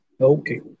Okay